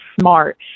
smart